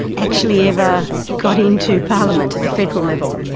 actually ever got into parliament at the federal level.